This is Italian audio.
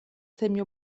semi